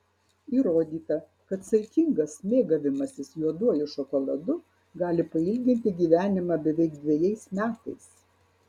įrodyta kad saikingas mėgavimasis juoduoju šokoladu gali pailginti gyvenimą beveik dvejais metais